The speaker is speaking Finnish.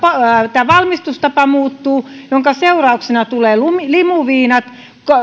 valmistustapa muuttuu minkä seurauksena tulevat limuviinat